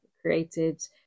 created